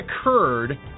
occurred